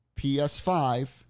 PS5